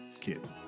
kid